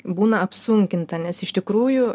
būna apsunkinta nes iš tikrųjų